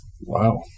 Wow